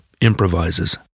improvises